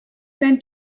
zen